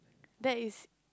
that is